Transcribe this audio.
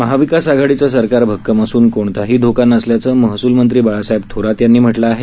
महाविकास आघाडीचं सरकार भक्कम असून कोणताही धोका नसल्याचं महसूल मंत्री बाळासाहेब थोरात यांनी म्हटलं आहे